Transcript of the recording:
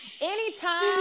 anytime